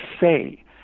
say